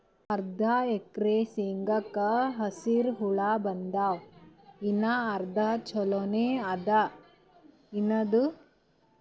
ಅರ್ಧ ಎಕರಿ ಶೇಂಗಾಕ ಹಸರ ಹುಳ ಬಡದಾವ, ಇನ್ನಾ ಅರ್ಧ ಛೊಲೋನೆ ಅದ, ಏನದು?